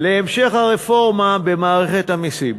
להמשך הרפורמה במערכת המסים.